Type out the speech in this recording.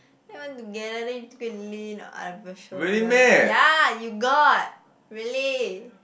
not even together then you go and lean on other people shoulder ya you got really